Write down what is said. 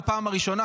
בפעם הראשונה,